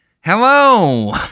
hello